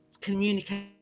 communicate